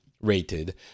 rated